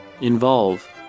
Involve